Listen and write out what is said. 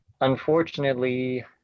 unfortunately